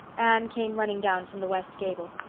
anne came running down from the west gable.